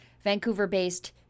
Vancouver-based